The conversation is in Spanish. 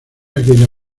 aquella